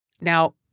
Now